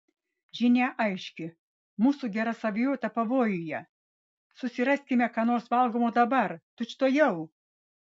žinia aiški mūsų gera savijauta pavojuje susiraskime ką nors valgomo dabar tučtuojau